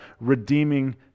redeeming